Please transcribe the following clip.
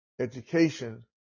education